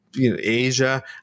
Asia